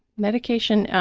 medication,